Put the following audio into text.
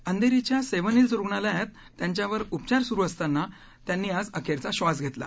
अंधेरीच्या seven hills रुग्णालयात त्यांच्यावर उपचार सुरु असताना त्यांनी आज अखेरचा क्षास घेतला